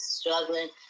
struggling